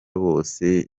bose